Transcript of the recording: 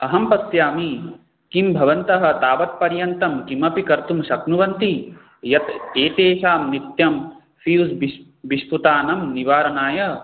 अहं पश्यामि किं भवन्तः तावत्पर्यन्तं किमपि कर्तुं शक्नुवन्ति यत् एतेषां नित्यं फ़्यूज् बिश् बिश्फुतानं निवारणाय